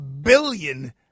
billion